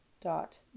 dot